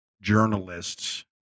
journalists